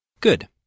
Good